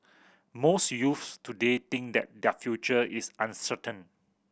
most youths today think that their future is uncertain